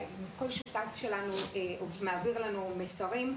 אחרים שלנו שמעבירים אלינו מסרים,